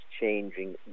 changing